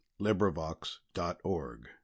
LibriVox.org